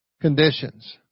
conditions